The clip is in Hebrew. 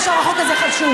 כולם אומרים שהחוק הזה חשוב.